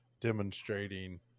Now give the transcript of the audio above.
demonstrating